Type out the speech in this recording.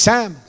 Sam